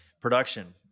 production